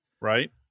right